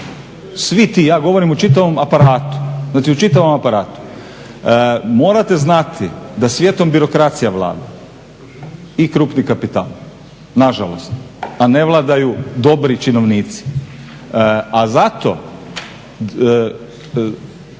Svi ti, ja govorim o čitavom aparatu, morate znati da svijetom birokracija vlada i krupni kapital. Nažalost! A ne vladaju dobri činovnici. A zato